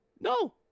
No